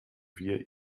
wir